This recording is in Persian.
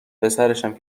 پسرشم